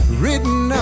written